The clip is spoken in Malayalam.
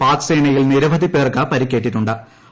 പാക്സേനയിൽ നിരവധി പേർക്ക് പരിക്കേറ്റിട്ടു്